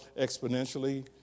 exponentially